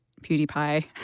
PewDiePie